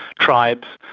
tribes,